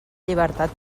llibertat